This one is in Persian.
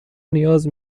نیاز